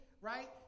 right